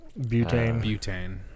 butane